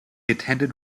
attended